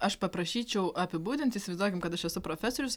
aš paprašyčiau apibūdint įsivaizduokim kad aš esu profesorius